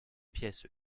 pièces